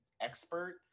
expert